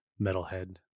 metalhead